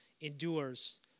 endures